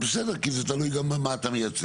בסדר, כי זה תלוי גם את מה אתה מייצג.